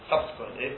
subsequently